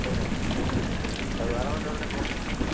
എവിടെ അത് വേറെ വല്ലവരുടെയും ഫോട്ടോ ആയിരിക്കും